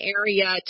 area